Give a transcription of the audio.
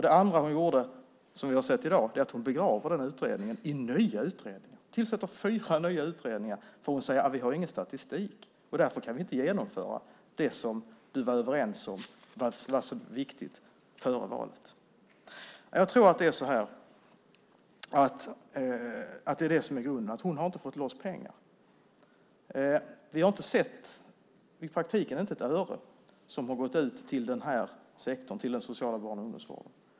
Det andra hon gjorde, som vi har sett i dag, var att begrava utredningen i nya utredningar. Hon har tillsatt fyra nya utredningar eftersom hon anser att det inte finns någon statistik. Därför kan hon inte genomföra det hon före valet var överens om var så viktigt. Grunden i detta är att Maria Larsson inte har fått loss pengar. I praktiken har vi inte sett ett öre som har gått ut till denna sektor, den sociala barn och ungdomsvården.